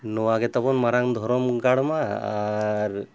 ᱱᱚᱣᱟ ᱜᱮᱛᱟᱵᱚᱱ ᱢᱟᱨᱟᱝ ᱫᱷᱚᱨᱚᱢ ᱜᱟᱲᱢᱟ ᱟᱨ